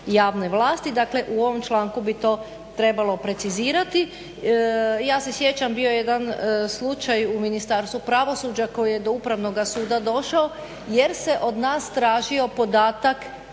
javne vlasti, dakle u ovom članku. bi to trebalo precizirati. Ja se sjećam bio je jedan slučaj u Ministarstvu pravosuđa koje je do Upravnog suda došao jer se od nas tražio podatak